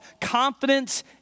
confidence